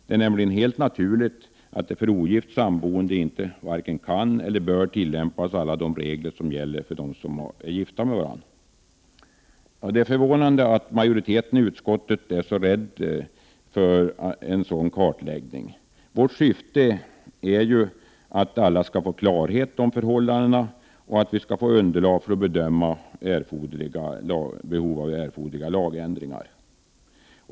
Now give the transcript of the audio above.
Det är nämligen naturligt att för ogift samboende varken kan eller bör tillämpas alla de regler som gäller för dem som är gifta med varandra. Det är förvånande att majoriteten i utskottet är så rädd för en sådan kartläggning. Vårt syfte är ju att alla skall få klarhet om förhållandena och att vi skall få underlag för att bedöma behovet av erforderliga lagändringar.